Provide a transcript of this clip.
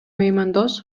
меймандос